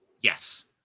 Yes